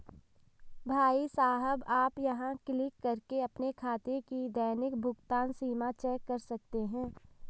भाई साहब आप यहाँ क्लिक करके अपने खाते की दैनिक भुगतान सीमा चेक कर सकते हैं